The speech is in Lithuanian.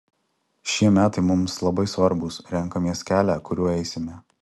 šie metai mums labai svarbūs renkamės kelią kuriuo eisime